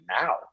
now